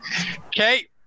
Okay